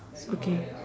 okay